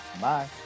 Bye